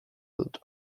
dut